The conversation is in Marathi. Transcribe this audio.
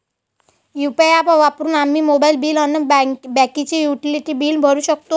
यू.पी.आय ॲप वापरून आम्ही मोबाईल बिल अन बाकीचे युटिलिटी बिल भरू शकतो